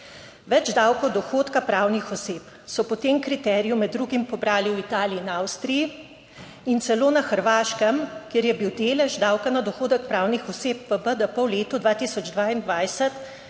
Več davka od dohodka pravnih oseb so po tem kriteriju med drugim pobrali v Italiji in Avstriji in celo na Hrvaškem, kjer je bil delež davka na dohodek pravnih oseb v BDP v letu 2022